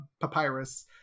papyrus